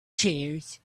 chairs